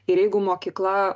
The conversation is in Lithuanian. ir jeigu mokykla